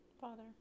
father